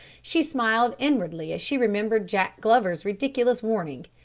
she smiled inwardly as she remembered jack glover's ridiculous warning.